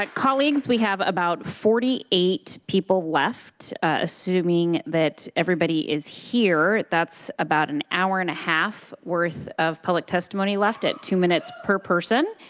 like colleagues, we had about forty eight people left, assuming that everybody is here. that's about an hour and a half worth of public testimony left at two minutes per person.